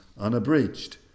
unabridged